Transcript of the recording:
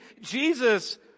Jesus